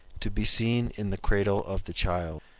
to be seen in the cradle of the child.